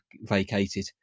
vacated